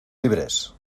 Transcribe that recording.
libres